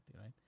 right